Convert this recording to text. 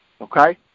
okay